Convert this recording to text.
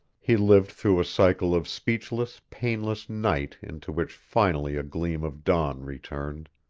he lived through a cycle of speechless, painless night into which finally a gleam of dawn returned.